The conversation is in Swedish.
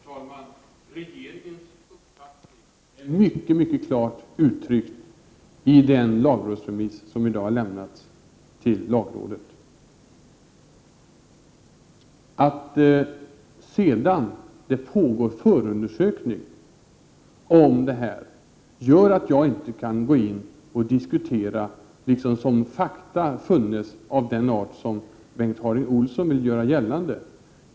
Herr talman! Regeringens uppfattning är mycket klart uttryckt i den lagrådsremiss som i dag har lämnats till lagrådet. Att det pågår förundersökning om detta gör att jag inte kan gå in och diskutera såsom om fakta funnes av den art som Bengt Harding Olson vill göra gällande.